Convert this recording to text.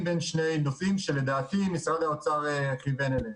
בין שני נושאים שלדעתי משרד האוצר כיוון אליהם.